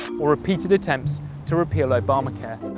or repeated attempts to repeal obamacare.